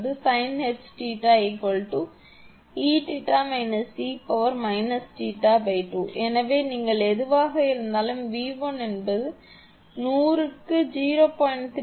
இது பொதுவான சூத்திரம் என்று கொடுக்கப்பட்டுள்ளது 𝑒𝜃 − 𝑒−𝜃 sinh 𝜃 2 எனவே நீங்கள் எதுவாக இருந்தாலும் 𝑉1 என்பது 100 க்கு 0